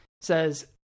says